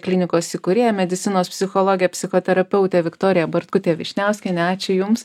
klinikos įkūrėja medicinos psichologė psichoterapeutė viktorija bartkutė vyšniauskienė ačiū jums